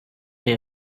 see